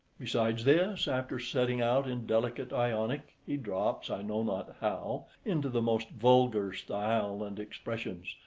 besides this, after setting out in delicate ionic, he drops, i know not how, into the most vulgar style and expressions,